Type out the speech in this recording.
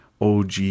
OG